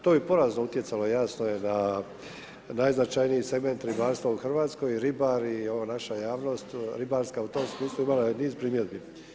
To je porazno utjecalo jasno je da najznačajniji segment ribarstva u Hrvatskoj, ribari i ova naša javnost ribarska u tom smislu imala je niz primjedbi.